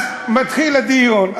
אז מתחיל הדיון,